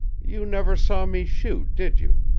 you never saw me shoot, did you?